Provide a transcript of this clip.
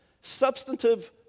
substantive